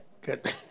Good